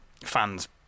fans